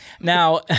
Now